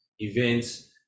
events